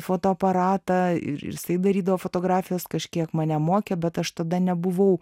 fotoaparatą ir jisai darydavo fotografijas kažkiek mane mokė bet aš tada nebuvau